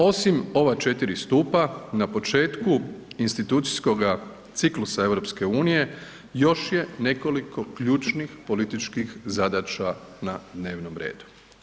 Osim ova 4 stupa, na početku institucijskoga ciklusa EU još je nekoliko ključnih političkih zadaća na dnevnom redu.